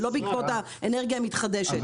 ולא בעקבות האנרגיה המתחדשת.